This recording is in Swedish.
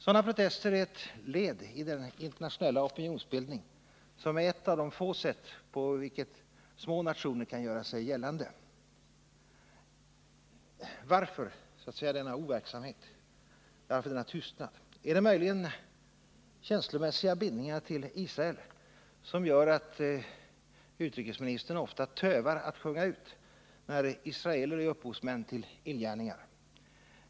Sådana protester är ett led i den en i Mellersta internationella opinionsbildning som är ett av de få sätt på vilket små nationer kan göra sig gällande. Varför denna overksamhet? Varför denna tystnad? Är det möjligen känslomässiga bindningar till Israel som gör att utrikesministern ofta tövar att sjunga ut när israeler är upphovsmän till illgärningar?